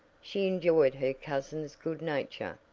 she enjoyed her cousins' good nature,